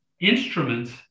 instruments